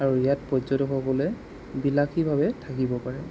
আৰু ইয়াত পৰ্যটকসকলে বিলাসীভাৱে থাকিব পাৰে